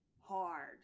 hard